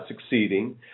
succeeding